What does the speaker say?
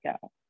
go